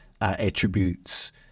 attributes